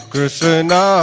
Krishna